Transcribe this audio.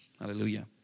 Hallelujah